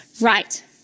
Right